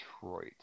Detroit